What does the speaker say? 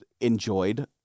enjoyed